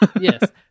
Yes